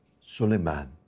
Suleiman